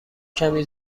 کمی